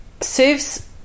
serves